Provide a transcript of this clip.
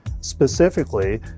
Specifically